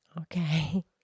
Okay